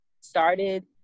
started